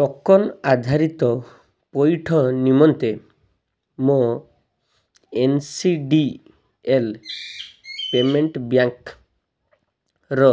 token ଆଧାରିତ ପଇଠ ନିମନ୍ତେ ମୋ N C D L payment bank ର